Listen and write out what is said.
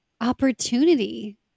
opportunity